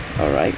alright